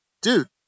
dude